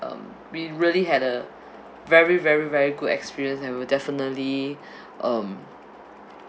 um we really had a very very very good experience and will definitely um